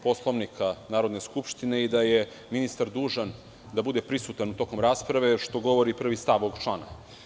Poslovnika Narodne skupštine i da je ministar dužan da bude prisutan tokom rasprave, što govori prvi stav ovog člana.